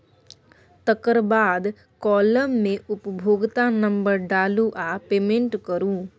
तकर बाद काँलम मे उपभोक्ता नंबर डालु आ पेमेंट करु